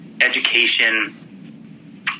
education